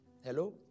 Hello